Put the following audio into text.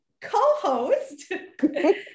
co-host